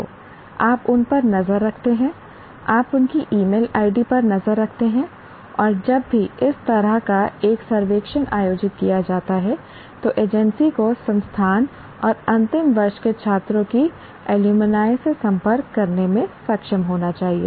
तो आप उन पर नज़र रखते हैं आप उनकी ईमेल आईडी पर नज़र रखते हैं और जब भी इस तरह का एक सर्वेक्षण आयोजित किया जाता है तो एजेंसी को संस्थान और अंतिम वर्ष के छात्रों की एलुमिनी से संपर्क करने में सक्षम होना चाहिए